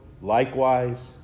likewise